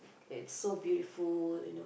it's so beautiful you know